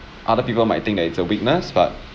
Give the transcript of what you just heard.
other people might think that it's a weakness but